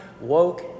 woke